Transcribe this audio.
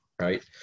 Right